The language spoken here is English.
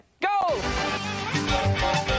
go